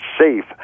safe